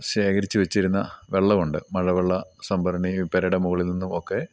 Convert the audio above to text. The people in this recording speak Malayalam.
ശേഖരിച്ച് വെച്ചിരുന്ന വെള്ളമുണ്ട് മഴവെള്ള സംഭരണി പുരയുടെ മുകളിൽ നിന്നും ഒക്കെ